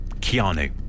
Keanu